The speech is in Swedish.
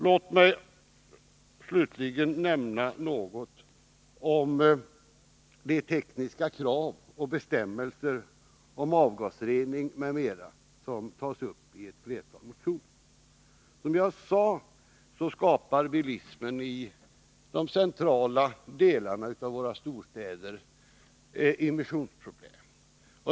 Låt mig slutligen nämna något om de tekniska krav och bestämmelser om avgasrening m.m. som tas upp i ett flertal motioner. Som jag sade skapar bilismen i de centrala delarna av våra storstäder emissionsproblem.